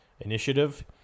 initiative